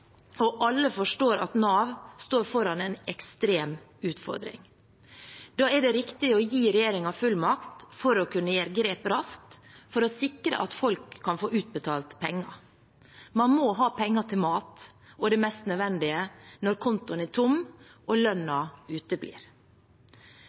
og alle forstår at Nav står foran en ekstrem utfordring. Da er det riktig å gi regjeringen fullmakt til å kunne ta grep raskt for å sikre at folk kan få utbetalt penger. Man må ha penger til mat og det mest nødvendige når kontoen er tom og